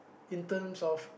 in terms of